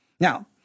Now